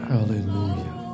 Hallelujah